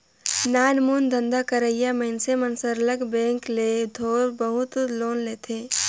नानमुन धंधा करइया मइनसे मन सरलग बेंक ले थोर बहुत लोन लेथें